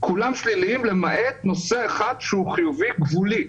כולם שליליים למעט נוסע אחד שהוא חיובי גבולי.